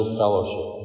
fellowship